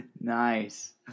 nice